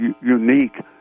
unique